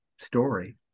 story